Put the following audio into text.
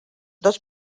dos